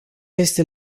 este